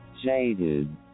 jaded